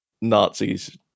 Nazis